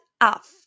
off